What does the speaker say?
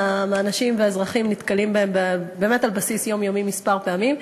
מהאזרחים נתקל בו על בסיס יומיומי כמה פעמים.